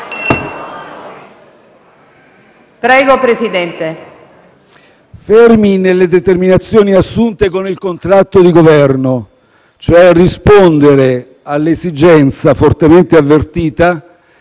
...fermi nelle determinazioni assunte con il contratto di Governo, cioè rispondere all'esigenza, fortemente avvertita,